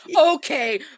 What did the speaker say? Okay